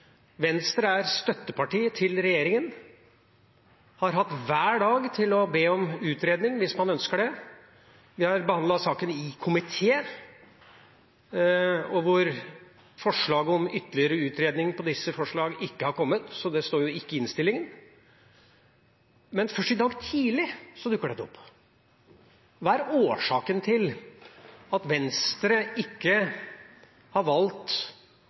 Venstre er støtteparti til regjeringa og har kunnet be om utredning hver dag, hvis de ønsket det. Vi har behandlet saken i komiteen, hvor forslag om ytterligere utredning av disse forslagene ikke har kommet, så det står ikke i innstillinga. Først i dag tidlig dukker dette opp. Hva er årsaken til at Venstre ikke har valgt